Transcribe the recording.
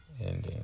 ending